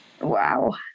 Wow